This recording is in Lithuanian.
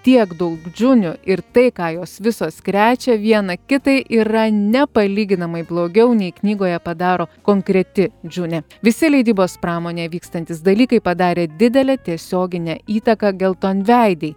tiek daug džiunių ir tai ką jos visos krečia viena kitai yra nepalyginamai blogiau nei knygoje padaro konkreti džiunė visi leidybos pramonėje vykstantys dalykai padarė didelę tiesioginę įtaką geltonveidei